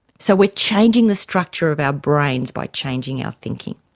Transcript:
so we are changing the structure of our brains by changing our thinking.